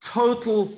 total